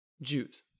Jews